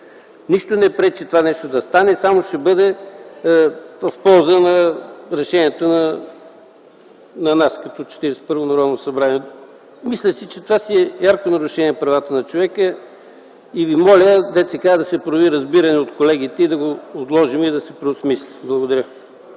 нищо не пречи това да стане, само ще бъде от полза на решението на нас като 41-во Народно събрание. Мисля, че това е ярко нарушение на правата на човека. Моля ви, дето се казва, да се прояви разбиране от колегите, да го отложим и да се преосмисли! Благодаря.